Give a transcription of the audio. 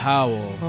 Powell